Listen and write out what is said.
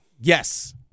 Yes